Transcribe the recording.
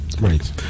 right